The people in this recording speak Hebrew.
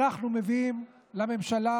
אנחנו מביאים לממשלה,